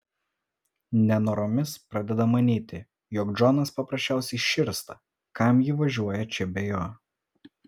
nenoromis pradeda manyti jog džonas paprasčiausiai širsta kam ji važiuoja čia be jo